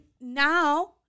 now